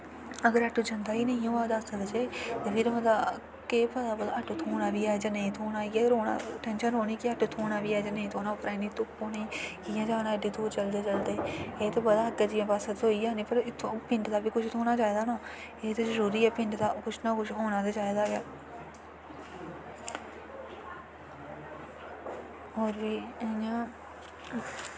अगर आटो जंदा गै निं होऐ दस बजे ते फिर बंदा केह् पता भला आटो थ्होना बी ऐ जां नेईं थ्होना इ'यै रौह्नी टैंशन रौह्नी कि आटो थ्होना बी ऐ जां नेईं थ्होना उप्परा इन्नी धुप्प होनी कि'यां जाना एड्डी दूर चलदे चलदे एह् ते पता ऐ अग्गें जाइयै बस थ्होई जानी पर इत्थूं पिंड दा बी कुछ थ्होना चाहिदा ना एह् तां जरूरी ऐ पिंड दा कुछ ना होना चाहिदा होर बी इ'यां